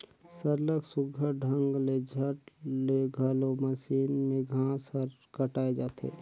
सरलग सुग्घर ढंग ले झट ले घलो मसीन में घांस हर कटाए जाथे